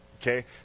okay